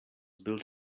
built